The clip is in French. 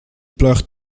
pleure